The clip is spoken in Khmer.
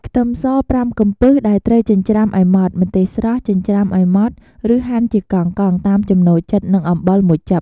ខ្ទឹមស ៥ កំពឹស ដែលត្រូវចិញ្ច្រាំឱ្យម៉ដ្ឋ ម្ទេសស្រស់ ចិញ្ច្រាំឱ្យម៉ដ្ឋ ឬហាន់ជាកង់ៗ តាមចំណូលចិត្ត និង អំបិល ១ចិប ។